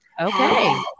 Okay